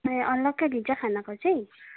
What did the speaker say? ए अलग्गै लिन्छ खानाको चाहिँ